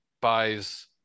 buys